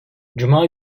cuma